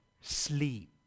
sleep